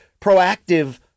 proactive